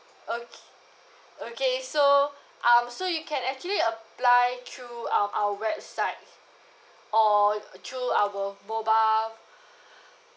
okay okay so um so you can actually apply through um our website or through our mobile